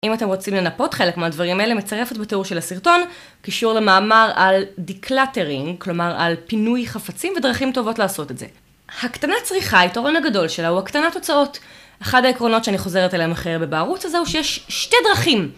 אם אתם רוצים לנפות חלק מהדברים האלה, מצרפת בתיאור של הסרטון, קישור למאמר על DECLUTTERING, כלומר על פינוי חפצים ודרכים טובות לעשות את זה. הקטנת צריכה, היתרון הגדול שלה, הוא הקטנת הוצאות. אחת העקרונות שאני חוזרת עליהן הכי הרבה בערוץ הזה, הוא שיש שתי דרכים.